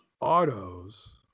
autos